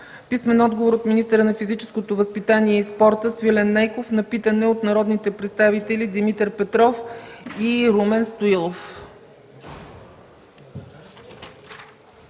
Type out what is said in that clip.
Иванов; - от министъра на физическото възпитание и спорта Свилен Нейков на питане от народните представители Димитър Петров и Румен Стоилов.